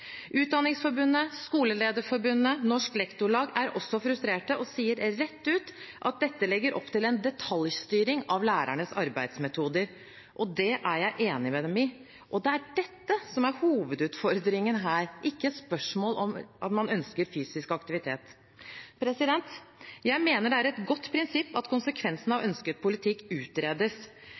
Utdanningsforbundet, Skolelederforbundet og Norsk Lektorlag er også frustrert og sier rett ut at dette legger opp til en detaljstyring av lærernes arbeidsmetoder. Det er jeg enig med dem i. Og det er dette som er hovedutfordringen her, ikke et spørsmål om at man ønsker fysisk aktivitet. Jeg mener det er et godt prinsipp at konsekvensene av ønsket politikk utredes.